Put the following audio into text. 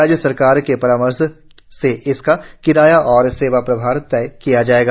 राज्य सरकार के परामर्श से इसका किराया और सेवा प्रभार तय किया जाएगा